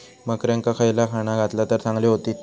बकऱ्यांका खयला खाणा घातला तर चांगल्यो व्हतील?